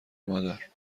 مادر